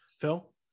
Phil